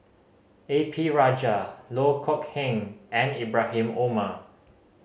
A P Rajah Loh Kok Heng and Ibrahim Omar